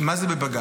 מה זה "בבג"ץ"?